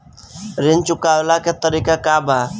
ऋण चुकव्ला के तरीका का बा?